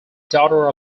daughter